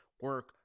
Work